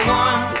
one